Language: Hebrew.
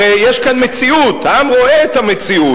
הרי יש כאן מציאות, העם רואה את המציאות.